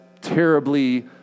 terribly